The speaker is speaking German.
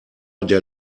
der